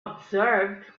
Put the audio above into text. observed